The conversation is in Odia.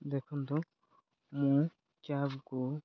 ଦେଖନ୍ତୁ ମୁଁ କ୍ୟାବ୍କୁ